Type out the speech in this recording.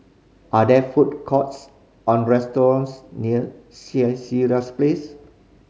are there food courts or restaurants near Place